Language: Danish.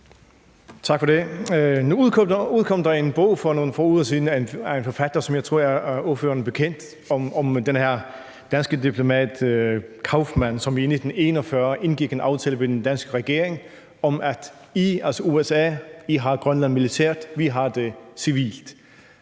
Tak for det. Nu udkom der for nogle få uger siden en bog af en forfatter, som jeg tror er ordføreren bekendt, om den danske diplomat Kauffmann, som i 1941 indgik en aftale med den danske regering om, at USA har Grønland militært, mens vi har det civilt.